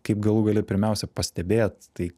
kaip galų gale pirmiausia pastebėt tai